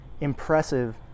impressive